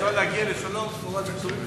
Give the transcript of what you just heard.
אם אפשר להגיע לשלום תמורת ויתורים מסוימים,